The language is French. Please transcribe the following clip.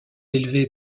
élevés